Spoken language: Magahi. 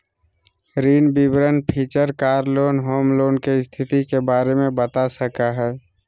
ऋण विवरण feature car loan, home loan, के स्थिति के बारे में बता सका हइ